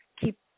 keep